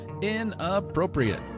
Inappropriate